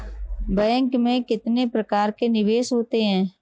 Bank में कितने प्रकार के निवेश होते हैं?